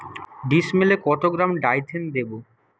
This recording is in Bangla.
ডিস্মেলে কত গ্রাম ডাইথেন দেবো?